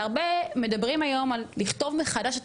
והרבה מדברים היום על לכתוב מחדש את